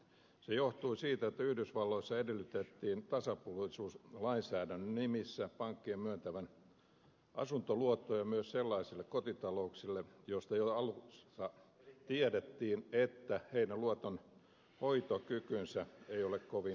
se johtui siitä että yhdysvalloissa edellytettiin tasapuolisuuslainsäädännön nimissä pankkien myöntävän asuntoluottoja myös sellaisille kotitalouksille joista jo alussa tiedettiin että heidän luotonhoitokykynsä ei ole kovin hyvä